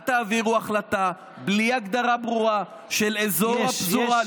אל תעבירו החלטה בלי הגדרה ברורה של אזור הפזורה,